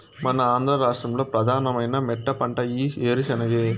మన ఆంధ్ర రాష్ట్రంలో ప్రధానమైన మెట్టపంట ఈ ఏరుశెనగే